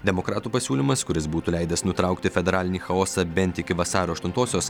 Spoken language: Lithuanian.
demokratų pasiūlymas kuris būtų leidęs nutraukti federalinį chaosą bent iki vasario aštuntosios